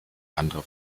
andere